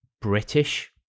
British